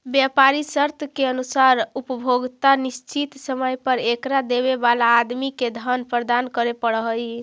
व्यापारी शर्त के अनुसार उपभोक्ता निश्चित समय पर एकरा देवे वाला आदमी के धन प्रदान करे पड़ऽ हई